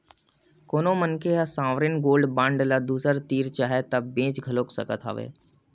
कोनो मनखे ह सॉवरेन गोल्ड बांड ल दूसर तीर चाहय ता बेंच घलो सकत हवय